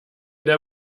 der